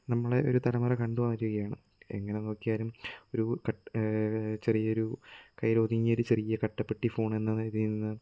നമ്മുടെ ഒരു തലമുറ കണ്ട് വളരുകയാണ് എങ്ങനെ നോക്കിയാലും ഒരു കട്ട് ചെറിയൊരു കയ്യിലൊതുങ്ങിയൊരു ചെറിയ കട്ടപെട്ടി ഫോണ് എന്ന നിലയില് നിന്ന്